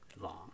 long